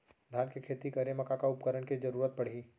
धान के खेती करे मा का का उपकरण के जरूरत पड़हि?